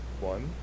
one